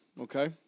okay